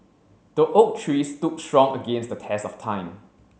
the oak tree stood strong against the test of time